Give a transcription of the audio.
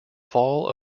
fall